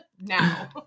now